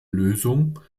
lösung